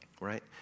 Right